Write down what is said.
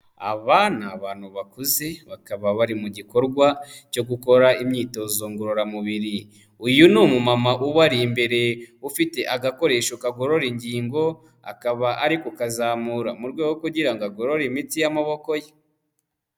Aba ni abantu bakuze, bakaba bari mu gikorwa cyo gukora imyitozo ngororamubiri, uyu ni umumama ubari imbere, ufite agakoresho kagorora ingingo, akaba ari kukazamura mu rwego kugira ngo agorore imitsi y'amaboko ye.